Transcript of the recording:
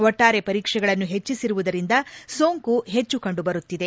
ಒಟ್ಟಾರೆ ಪರೀಕ್ಷೆಗಳನ್ನು ಹೆಚ್ಚಿಸಿರುವುದರಿಂದ ಸೋಂಕು ಹೆಚ್ಚು ಕಂಡು ಬರುತ್ತಿದೆ